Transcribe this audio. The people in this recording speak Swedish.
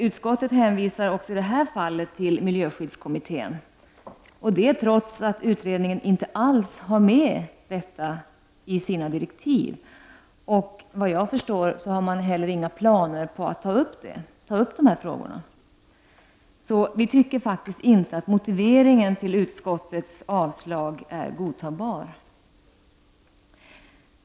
Utskottet hänvisar också i det fallet till miljöskyddskommittén, och det trots att utredningen inte alls har med detta i sina direktiv. Vad jag förstår har den heller inga planer på att ta upp de här frågorna. Så vi tycker faktiskt inte att motiveringen för utskottets avslagsyrkande är godtagbar.